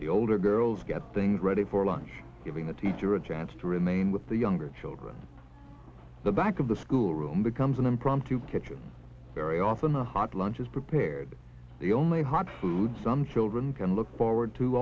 the older girls get things ready for lunch giving the teacher a chance to remain with the younger children the back of the school room becomes an impromptu kitchen very often the hot lunches prepared the only hot food some children can look forward to